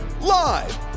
Live